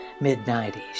mid-90s